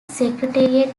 secretariat